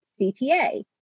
CTA